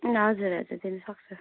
हजुर हजुर दिनुसक्छ